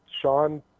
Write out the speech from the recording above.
Sean